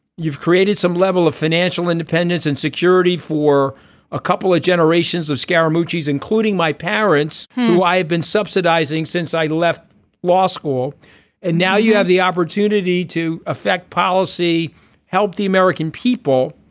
you've created some level of financial independence and security for a couple of generations of scary movies including my parents who i have been subsidizing since i left law school and now you have the opportunity to affect policy help the american people.